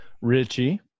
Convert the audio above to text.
Richie